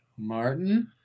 Martin